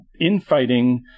infighting